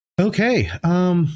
Okay